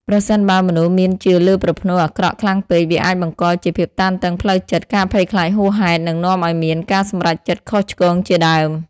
ប្រសិនបើមនុស្សមានជឿលើប្រផ្នូលអាក្រក់ខ្លាំងពេក វាអាចបង្កជាភាពតានតឹងផ្លូវចិត្ត ការភ័យខ្លាចហួសហេតុ និងនាំឱ្យមានការសម្រេចចិត្តខុសឆ្គងជាដើម។